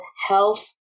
health